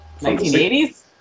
1980s